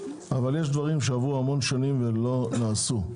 אבל יש דברים שעברו המון שנים ולא נעשו.